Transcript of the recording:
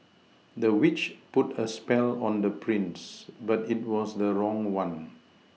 the witch put a spell on the prince but it was the wrong one